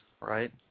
right